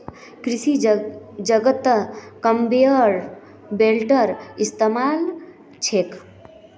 कृषि जगतत कन्वेयर बेल्टेर इस्तमाल छेक